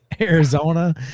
Arizona